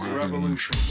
revolution